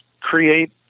create